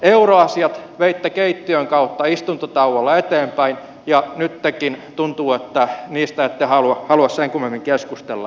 euroasiat veitte keittiön kautta istuntotauolla eteenpäin ja nytkin tuntuu että niistä ette halua sen kummemmin keskustella